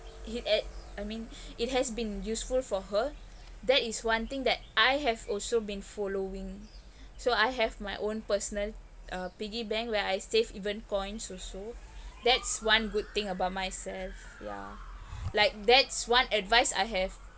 it had I mean it has been useful for her that is one thing that I have also been following so I have my own personal uh piggy bank where I save even coins also that's one good thing about myself yeah like that's one advice I have